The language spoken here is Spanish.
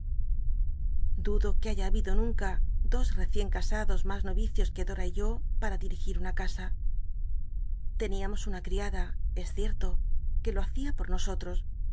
dudo que haya habido nunca dos rccicn casados mas noricios que dora y yo para dirigí una casa teníamos una criada es cierto qu e lo hacia por nosotros